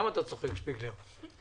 למה אתה צוחק, שפיגלר?